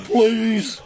Please